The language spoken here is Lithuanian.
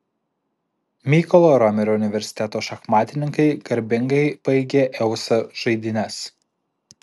mykolo romerio universiteto šachmatininkai garbingai baigė eusa žaidynes